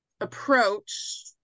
approach